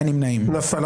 הצבעה לא אושרה נפל.